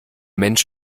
mensch